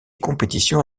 compétitions